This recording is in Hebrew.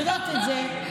היא יודעת את זה.